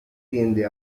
tiende